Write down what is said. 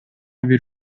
бир